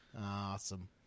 Awesome